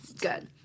Good